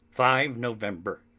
five november.